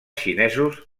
xinesos